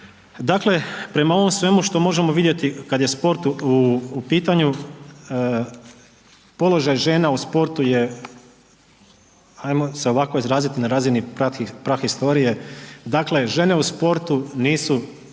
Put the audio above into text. Dakle, prema ovom svemu što možemo vidjeti kad je sport u pitanju položaj žena u sportu je, ajmo se ovako izraziti, na razini prahistorije. Dakle, žene u sportu u